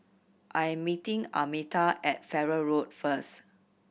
I am meeting Almeta at Farrer Road first